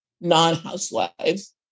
non-Housewives